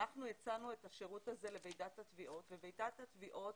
אנחנו הצענו את השירות הזה לוועידת התביעות וועידת התביעות